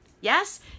Yes